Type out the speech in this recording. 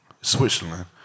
Switzerland